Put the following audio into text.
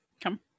Come